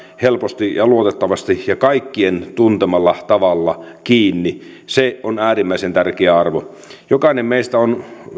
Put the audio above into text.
helposti ja luotettavasti ja kaikkien tuntemalla tavalla kiinni on äärimmäisen tärkeä arvo jokainen meistä on